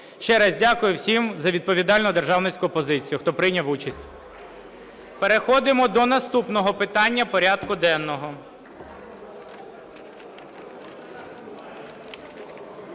Ще раз дякую всім за відповідальну державницьку позицію, хто прийняв участь. Переходимо до наступного питання порядку денного.